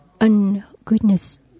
un-goodness